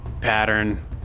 pattern